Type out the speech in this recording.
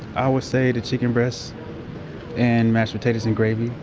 i would say the chicken breast and mashed potatoes and gravy.